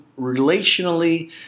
relationally